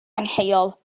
angheuol